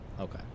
Okay